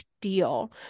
Deal